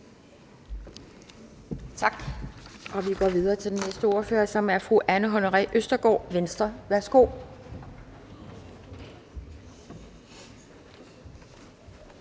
Tak. Vi går videre til den næste ordfører, som er fru Anne Honoré Østergaard, Venstre. Værsgo.